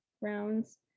rounds